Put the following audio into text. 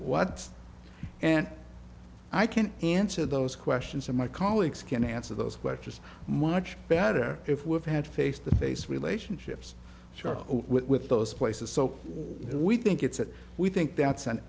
what and i can answer those questions and my colleagues can answer those questions much better if we've had face to face relationships charged with those places so why do we think it's that we think that's an